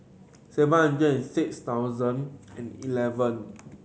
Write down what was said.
seven hundred and six thousand and eleven